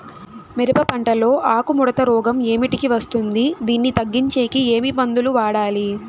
మిరప పంట లో ఆకు ముడత రోగం ఏమిటికి వస్తుంది, దీన్ని తగ్గించేకి ఏమి మందులు వాడాలి?